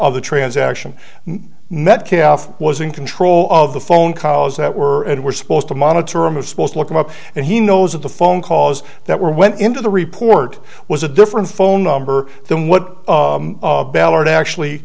of the transaction metcalf was in control of the phone calls that were and were supposed to monitor i'm supposed to look him up and he knows that the phone calls that were went into the report was a different phone number than what ballard actually